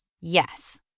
Yes